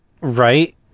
right